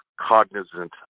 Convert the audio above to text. cognizant